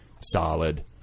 solid